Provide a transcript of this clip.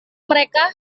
mereka